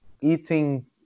eating